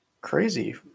crazy